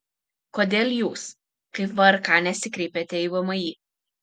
kodėl jūs kaip vrk nesikreipėte į vmi